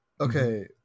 okay